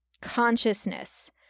consciousness